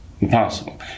impossible